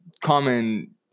common